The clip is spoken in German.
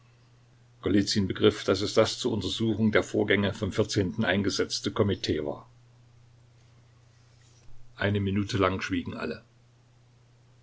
begriff daß es das zur untersuchung der vorgänge vom vierzehnten eingesetzte komitee war eine minute lang schwiegen alle